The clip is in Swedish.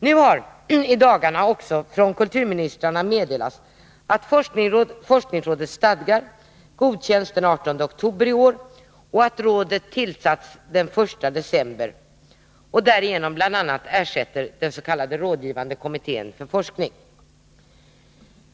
Nu har också i dagarna från kulturministrarna meddelats att forskningsrådets stadgar godkänts den 18 oktober i år och att rådet tillsatts den 1 december och därigenom bl.a. ersätter den s.k. rådgivande kommittén för forskning.